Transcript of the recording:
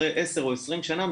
אחרי עשר או עשרים שנה,